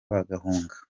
bahunga